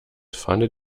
fahndet